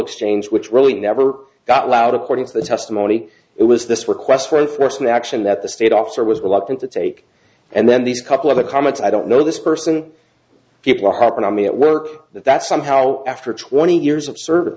exchange which really never got loud according to the testimony it was this request for force an action that the state officer was reluctant to take and then these couple of the comments i don't know this person people hopping on me at work that somehow after twenty years of service